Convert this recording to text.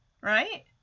right